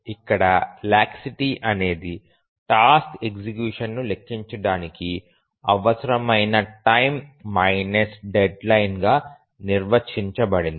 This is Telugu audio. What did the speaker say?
ఇక్కడ లాక్సిటీ అనేది టాస్క్ ఎగ్జిక్యూషన్ ను లెక్కించడానికి అవసరమైన టైమ్ మైనస్ డెడ్లైన్ గా నిర్వచించబడింది